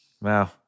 Wow